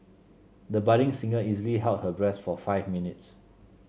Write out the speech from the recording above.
the budding singer easily held her breath for five minutes